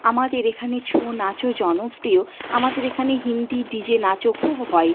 আমাদের এখানে ছৌ নাচও জনপ্রিয় আমাদের এখানে হিন্দি ডিজে নাচও খুব হয়